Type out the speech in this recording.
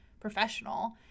professional